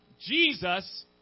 Jesus